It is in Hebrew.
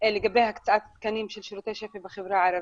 לגבי הקצאת תקנים של שירותי שפ"י בחברה הערבית.